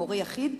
הורה יחיד,